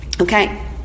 Okay